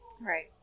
Right